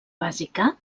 bàsica